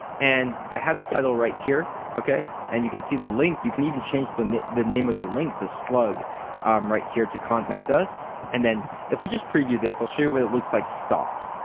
and i have the title right here, okay? and you can see the link. you can even change the the name of the link, the slug um right here to contact us and then if we just preview this i'll show you what it looks like stock,